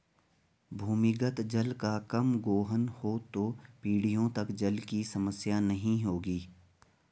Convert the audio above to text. भूमिगत जल का कम गोहन हो तो पीढ़ियों तक जल की समस्या नहीं होगी